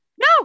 No